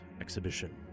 exhibition